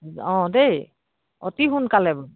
অঁ দেই অতি সোনকালে বাৰু